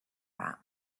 that